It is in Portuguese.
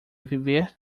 viver